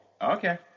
Okay